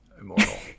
Immortal